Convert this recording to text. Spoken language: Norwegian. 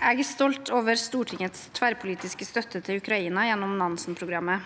Jeg er stolt over Stortin- gets tverrpolitiske støtte til Ukraina gjennom Nansenprogrammet.